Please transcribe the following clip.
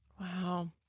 Wow